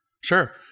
Sure